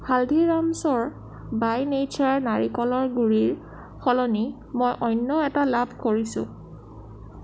হালদিৰামছৰ by nature নাৰিকলৰ গুড়িৰ সলনি মই অন্য এটা লাভ কৰিছোঁ